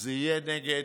זה יהיה נגד,